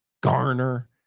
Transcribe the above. Garner